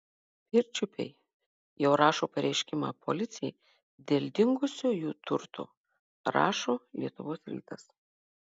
pirčiupiai jau rašo pareiškimą policijai dėl dingusio jų turto rašo lietuvos rytas